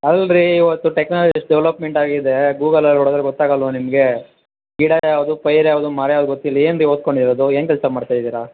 ಅಲ್ರೀ ಇವತ್ತು technologies development ಆಗಿದೇ ಗೂಗಲ್ ಅಲ್ಲಿ ಹೊಡ್ದ್ರೆ ಗೊತ್ತಾಗಲ್ಲವಾ ನಿಮಗೆ ಗಿಡ ಯಾವುದು ಪೈರು ಯಾವುದು ಮರ ಯಾವುದು ಗೊತ್ತಿಲ್ಲ ಏನ್ರಿ ಓದ್ಕೊಂಡಿರೋದು ಏನು ಕೆಲಸ ಮಾಡ್ತಾ ಇದ್ದೀರ